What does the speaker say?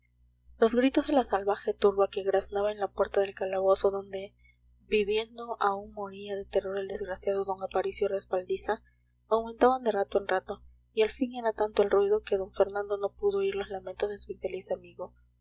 los gritos de la salvaje turba que graznaba en la puerta del calabozo donde viviendo aún moría de terror el desgraciado d aparicio respaldiza aumentaban de rato en rato y al fin era tanto el ruido que d fernando no pudo oír los lamentos de su infeliz amigo